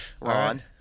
Ron